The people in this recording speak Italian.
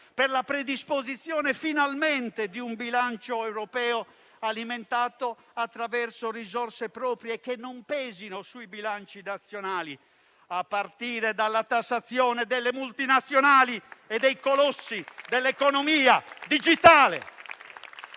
per la predisposizione finalmente di un bilancio europeo alimentato da risorse proprie che non pesino sui bilanci nazionali, a partire dalla tassazione delle multinazionali e dei colossi dell'economia digitale.